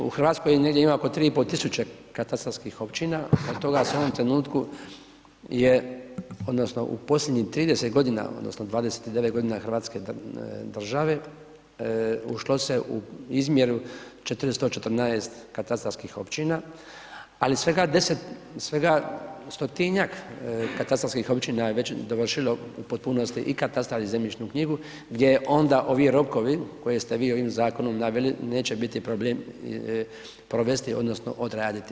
U Hrvatskoj negdje ima oko 3,5 tisuće katastarskih općina, od toga se u ovom trenutku je, odnosno u posljednjih 30 godina odnosno 29 godina hrvatske države, ušlo je u izmjeru 414 katastarskih općina, ali svega 100-tinjak katastarskih općina je već dovršilo u potpunosti i katastar i zemljišnu knjigu gdje je onda, ovi rokovi koje ste vi ovim zakonom naveli, neće biti problem provesti, odnosno odraditi.